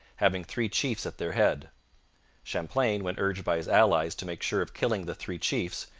having three chiefs at their head champlain, when urged by his allies to make sure of killing the three chiefs,